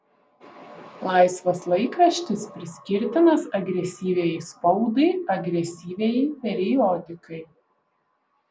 laisvas laikraštis priskirtinas agresyviajai spaudai agresyviajai periodikai